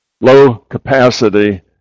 low-capacity